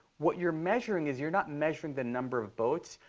what you're measuring is you're not measuring the number of boats.